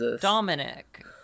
Dominic